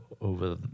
over